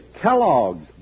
Kellogg's